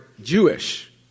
Jewish